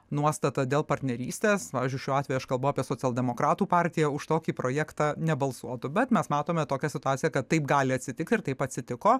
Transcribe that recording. nuostatą dėl partnerystės pavyzdžiui šiuo atveju aš kalbu apie socialdemokratų partiją už tokį projektą nebalsuotų bet mes matome tokią situaciją kad taip gali atsitikti ir taip atsitiko